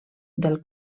del